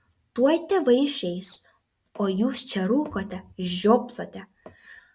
tuoj tėvai išeis o jūs čia rūkote žiopsote